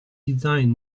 design